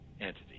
entity